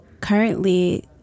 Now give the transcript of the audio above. currently